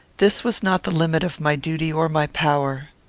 this was not the limit of my duty or my power.